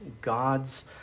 God's